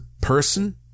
person